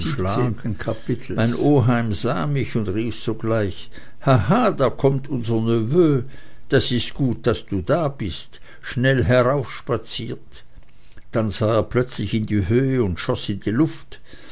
oheim sah mich und rief sogleich haha da kommt unser neveu das ist gut daß du da bist schnell heraufspaziert dann sah er plötzlich in die höhe schoß in die luft